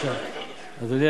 התנועה